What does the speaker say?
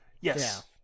Yes